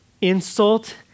insult